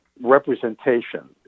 representation